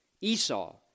Esau